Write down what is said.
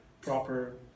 proper